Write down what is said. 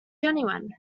genuine